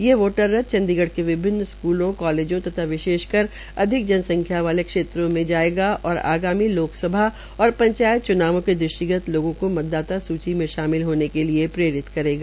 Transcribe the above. ये वोटर रथ चंडीगढ़ के विभिन्न स्कूलों कालेजों तथा विशेषकर अधिक जनसंख्या वाले क्षेत्रों मे जायेगा और आगामी लोकसभा और पंचायत च्नावों के दृष्टिगत लोगों को मतदाता सूची में शामिल होने के लिए प्रेरित करेगा